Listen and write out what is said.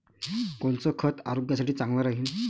कोनचं खत आरोग्यासाठी चांगलं राहीन?